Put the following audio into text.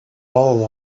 all